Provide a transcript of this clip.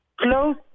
close